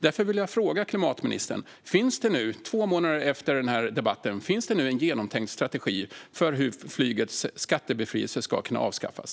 Därför vill jag fråga klimatministern om det nu, två månader efter den debatten, finns en genomtänkt strategi för hur flygets skattebefrielse ska kunna avskaffas.